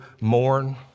mourn